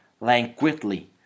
languidly